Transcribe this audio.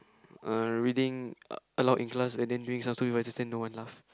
err reading aloud in class and then doing some stupid voices then no one laugh